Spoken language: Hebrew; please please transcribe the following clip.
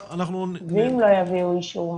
ואם לא יביאו אישור מחר?